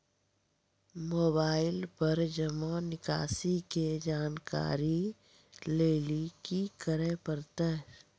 Mobile पर जमा निकासी के जानकरी लेली की करे परतै?